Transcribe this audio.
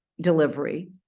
delivery